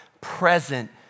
present